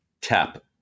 tap